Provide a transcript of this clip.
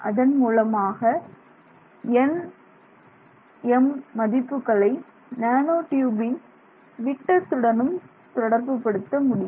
அதன் மூலமாக nm மதிப்புகளை நேனோ ட்யூபின் விட்டத்துடனும் தொடர்புபடுத்த முடியும்